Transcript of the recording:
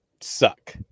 suck